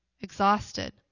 exhausted